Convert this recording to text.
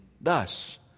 Thus